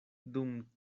dum